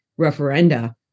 referenda